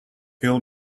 will